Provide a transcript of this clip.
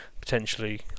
potentially